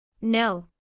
No